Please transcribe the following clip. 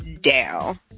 down